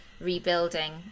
rebuilding